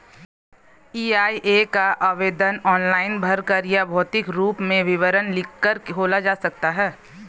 EIA का आवेदन online भरकर या भौतिक रूप में विवरण लिखकर खोला जा सकता है